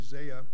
isaiah